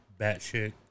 batshit